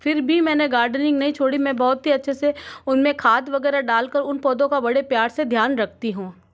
फिर भी मैंने गार्डनिंग नहीं छोड़ी मैं बहुत ही अच्छे से उनमें खाद वगैरह डालकर उन पौधों का बड़े प्यार से ध्यान रखती हूँ